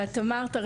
כמו שאמרת,